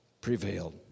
prevailed